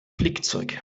flickzeug